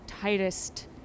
tightest